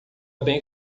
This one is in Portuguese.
bem